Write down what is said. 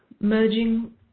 Merging